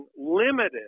limited